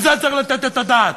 על זה צריך לתת את הדעת,